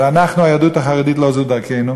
אבל אנחנו, היהדות החרדית, לא זו דרכנו.